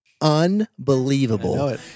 Unbelievable